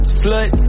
slut